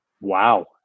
Wow